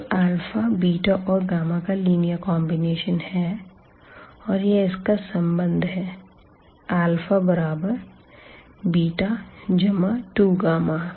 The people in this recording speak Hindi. तो β और का लीनियर कॉन्बिनेशन है और यह इसका संबंध है बराबर β जमा 2 है